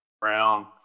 Brown